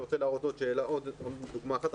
אני רוצה להראות עוד דוגמא אחת.